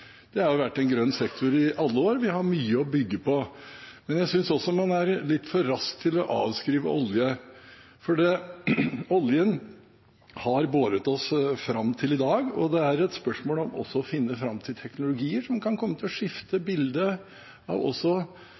Det har vært en grønn sektor i alle år. Vi har mye å bygge på. Men jeg synes også man er litt for rask til å avskrive oljen, for oljen har båret oss fram til i dag, og det er et spørsmål om også å finne fram til teknologier som kan komme til å skifte det bildet vi i dag har av